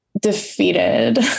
defeated